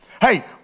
Hey